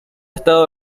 estado